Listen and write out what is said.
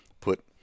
put